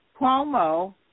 Cuomo